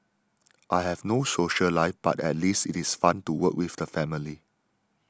I have no social life but at least it is fun to work with the family